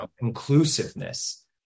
inclusiveness